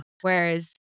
Whereas